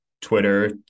Twitter